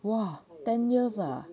!wah! ten years ah